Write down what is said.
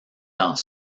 dans